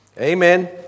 amen